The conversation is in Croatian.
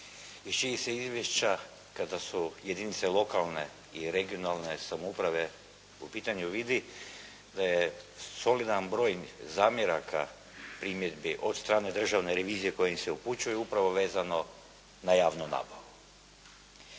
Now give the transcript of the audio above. čijih se izvješća kada su jedinice lokalne i regionalne samouprave u pitanju vidi, da je solidan broj zamjeraka, primjedbi od strane državne revizije kojim se upućuju, upravo vezano na javnu nabavu.